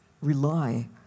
rely